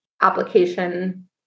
application